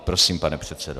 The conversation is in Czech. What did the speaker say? Prosím, pane předsedo.